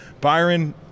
Byron